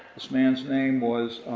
this man's name was